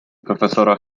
profesora